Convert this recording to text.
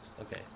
okay